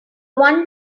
one